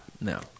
no